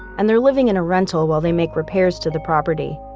and they're living in a rental while they make repairs to the property.